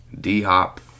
D-Hop